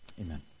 amen